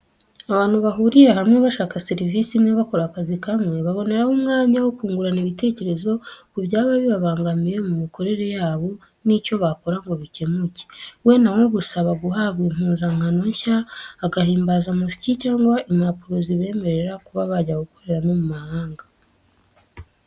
Abantu bahuriye hamwe bashaka serivisi imwe, bakora akazi kamwe, baboneraho umwanya wo kungurana ibitekerezo ku byaba bibabangamiye mu mikorere yabo n'icyo bakora ngo bikemuke, wenda nko gusaba guhabwa impuzankano nshya, agahimbazamusyi cyangwa impapuro zibemerera kuba bajya gukorera no mu mahanga.